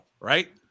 right